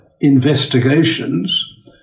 investigations